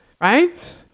right